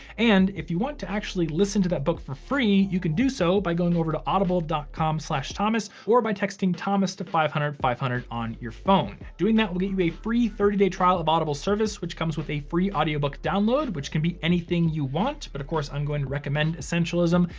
and if you want to actually listen to that book for free, you can do so by going over to audible dot com slash thomas or by texting thomas to five hundred five hundred on your phone. doing that will get you a free thirty day trial of audible service which comes with a free audiobook download, which can be anything you want. but of course, i'm going to recommend essentialism.